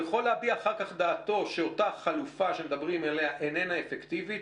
ויכול להביע אחר כך את דעתו שאותה חלופה שמדברים עליה איננה אפקטיבית,